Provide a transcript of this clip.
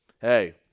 hey